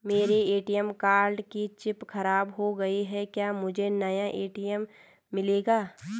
मेरे ATM card की chip खराब हो गयी है क्या मुझे नया ए.टी.एम मिलेगा?